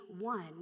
one